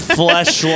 flesh